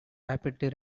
rapidly